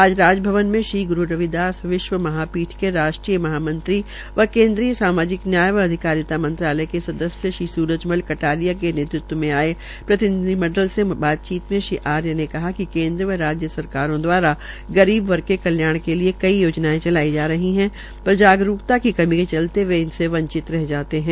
आज राजभवन में श्री ग्रू रविदास विश्वविद्यालय महापीठ के राज्य महामंत्री व केन्द्रीय सामाजिक न्याय व अधिकारिता मंत्रालय के सदस्य श्री सूरजमल कटारिया के नेतृत्व में आये प्रतिनिधिमंडल से बातचीत में श्री आर्य ने कहा कि केन्द्र व राज्य सरकारों दवारा गरीब वर्ग के कल्याण के लिये कई योजनायें चलाड्र जा रही हैपर जागरूकता की कमी के चलते वे इनमें वंचित रहे जाते है